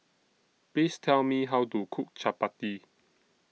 Please Tell Me How to Cook Chapati